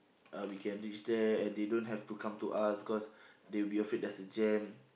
uh we can reach there and they don't have to come to us because they'll be afraid there's a jam